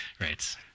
Right